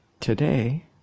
today